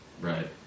Right